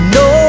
no